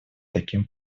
таким